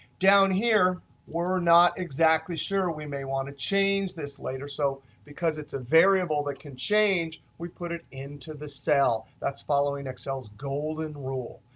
down here we're not exactly sure we may want to change this later, so because it's a variable that can change, we put it into the cell. that's following excel's golden rule.